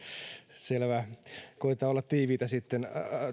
selvä koetetaan olla tiiviitä sitten